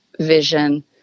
Vision